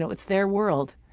so it's their world.